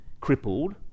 crippled